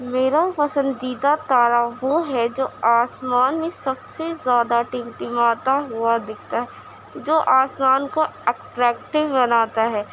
میرا پسندیدہ تارہ وہ ہے جو آسمان میں سب سے زیادہ ٹمٹماتا ہوا دکھتا جو آسمان کو ایکٹریکٹیو بناتا ہے